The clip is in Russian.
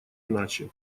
иначе